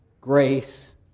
grace